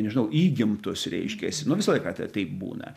nežinau įgimtus reiškiasi nu visą laiką taip būna